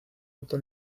alto